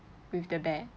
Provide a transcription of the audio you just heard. with the bad